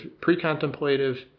pre-contemplative